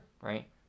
Right